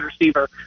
receiver